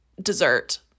dessert